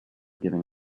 giving